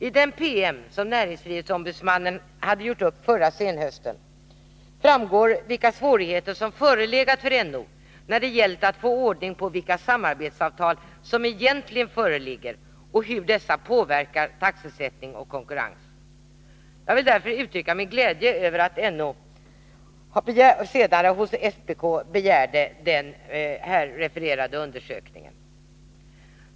I den PM som näringsfrihetsombudsmannen hade gjort upp förra senhösten framgår vilka svårigheter som förelegat för NO när det gällt att få ordning på vilka samarbetsavtal som egentligen föreligger och hur dessa påverkar taxesättning och konkurrens. Jag vill därför uttrycka min glädje över att NO senare hos SPK begärde den undersökning som jag refererat till.